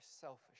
selfish